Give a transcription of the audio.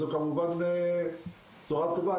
כמובן שזו בשורה טובה,